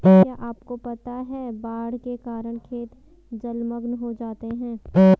क्या आपको पता है बाढ़ के कारण खेत जलमग्न हो जाते हैं?